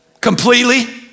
Completely